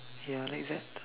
ya like that